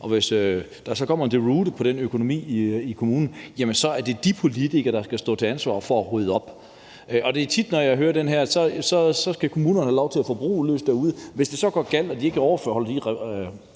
Og hvis der så kommer en deroute i den økonomi i kommunen, så er det de politikere, der skal stå til ansvar for at rydde op. Det er tit, jeg hører det her med, at kommunerne skal have lov til at forbruge løs derude, og hvis det så går galt og de ikke overholder de